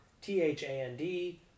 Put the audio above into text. T-H-A-N-D